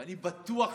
ואני בטוח